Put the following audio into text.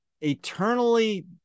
eternally-